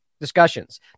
discussions